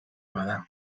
bada